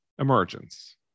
emergence